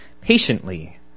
patiently